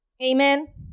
amen